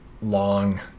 long